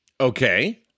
Okay